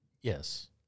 Yes